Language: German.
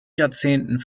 jahrzehnten